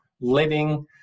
living